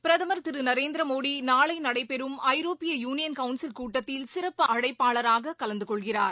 பிரதுமர் திரு நரேந்திரமோடி நாளை நடைபெறும் ஐரோப்பிய யூனியன் கவுன்சில் கூட்டத்தில் சிறப்பு அழைப்பாளராக கலந்து கொள்கிறார்